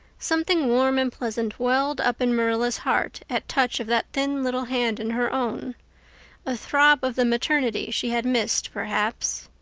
something warm and pleasant welled up in marilla's heart at touch of that thin little hand in her own a throb of the maternity she had missed, perhaps.